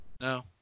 No